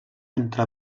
entre